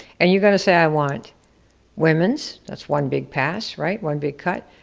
and you're gonna say i want women's, that's one big pass, right? one big cut.